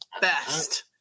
best